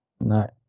No